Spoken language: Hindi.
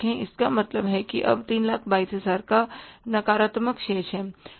इसका मतलब है कि अब 322000 का नकारात्मक शेष है